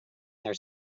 their